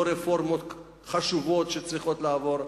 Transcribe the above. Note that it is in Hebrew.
לא רפורמות חשובות שצריכות לעבור.